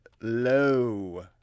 low